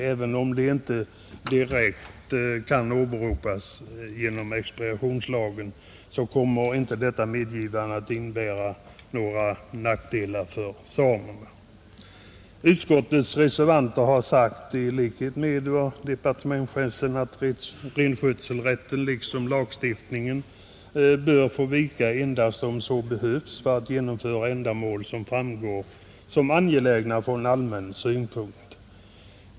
Även om denna möjlighet inte direkt kan åberopas genom expropriationslagen, kommer inte detta medgivande att innebära några nackdelar för samerna, Utskottets reservanter har i likhet med departementschefen sagt att renskötselrätten liksom lagstiftningen bör få vika endast om så behövs för att tillgodose ändamål som framstår som angelägna från allmän synpunkt.